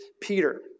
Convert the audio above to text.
Peter